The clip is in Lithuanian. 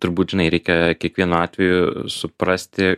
turbūt žinai reikia kiekvienu atveju suprasti